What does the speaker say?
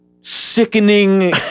sickening